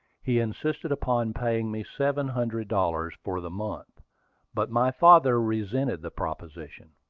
he insisted upon paying me seven hundred dollars for the month but my father resented the proposition.